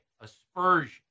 aspersion